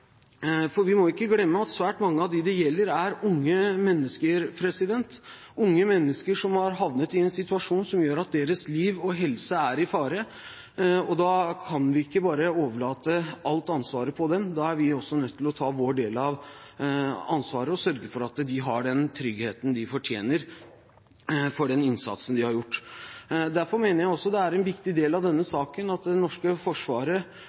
for det og ta alle konsekvensene selv. Vi må ikke glemme at svært mange av dem det gjelder, er unge mennesker, unge mennesker som har havnet i en situasjon som gjør at deres liv og helse er i fare. Da kan vi ikke bare overlate alt ansvaret til dem, da er vi også nødt til å ta vår del av ansvaret og sørge for at de har den tryggheten de fortjener for den innsatsen de har gjort. Derfor mener jeg også at det er en viktig del av denne saken at det norske forsvaret